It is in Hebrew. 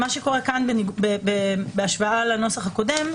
מה שקורה כאן בהשוואה לנוסח הקודם,